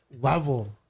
level